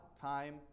time